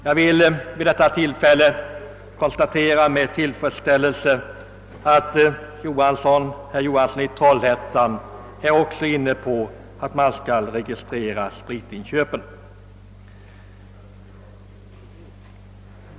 Jag konstaterar med tillfredsställelse, att herr Johansson i Trollhättan också är inne på tanken att man bör registrera spritinköpen.